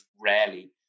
rarely